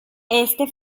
este